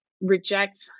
reject